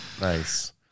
nice